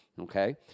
Okay